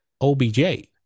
OBJ